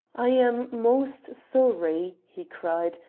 i am most sorry, he cried,